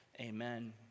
Amen